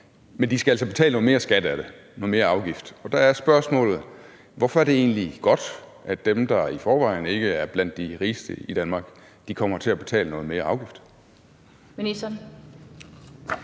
men de skal altså betale noget mere skat af det, noget mere afgift, og der er spørgsmålet: Hvorfor er det egentlig godt, at dem, der i forvejen ikke er blandt de rigeste i Danmark, kommer til at betale noget mere afgift? Kl.